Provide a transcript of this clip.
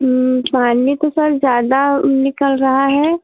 हूँ पानी तो सर ज़्यादा निकल रहा है